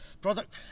product